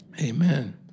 amen